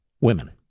women